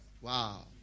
wow